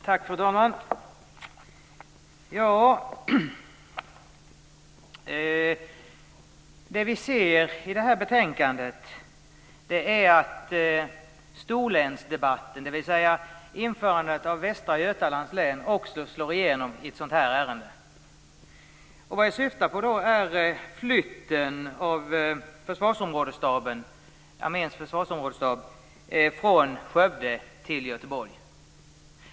Fru talman! Vad vi ser i detta betänkande är att storlänsdebatten - införandet av Västra Götalands län - också slår igenom i detta ärende. Jag syftar då på flytten av Arméns försvarsområdesstab från Skövde till Göteborg.